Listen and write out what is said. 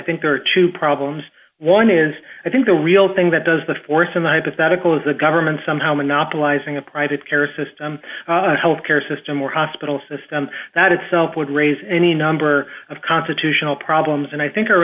think there are two problems one is i think the real thing that does the force of the hypothetical is the government somehow monopolizing a private care system health care system or hospital system that itself would raise any number of constitutional problems and i think our